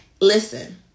Listen